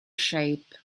shape